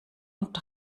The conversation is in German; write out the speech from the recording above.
und